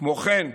כמו כן,